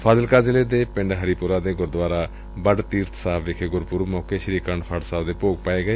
ਫਾਜ਼ਿਲਕਾ ਜ਼ਿਲ੍ਹੇ ਦੇ ਪੰਡ ਹਰੀਪੂਰਾ ਦੇ ਗੁਰਦੁਆਰਾ ਬਡ ਤੀਰਬ ਸਾਹਿਬ ਵਿਖੇ ਗੁਰਪੂਰਬ ਮੌਕੇ ਸ੍ਰੀ ਆਖੰਡ ਪਾਠ ਸਾਹਿਬ ਦੇ ਭੋਗ ਪਾਏ ਗਏ